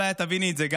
אולי את תביני את זה: